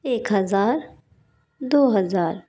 एक हज़ार दो हज़ार